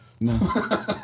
No